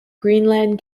greenland